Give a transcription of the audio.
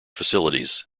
facilities